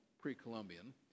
pre-Columbian